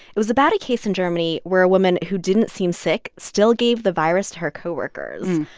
it was about a case in germany, where a woman who didn't seem sick still gave the virus to her co-workers.